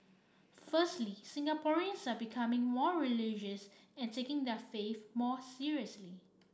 firstly Singaporeans are becoming more religious and taking their faiths more seriously